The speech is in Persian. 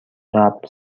قبل